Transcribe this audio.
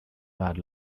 bad